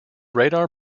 radar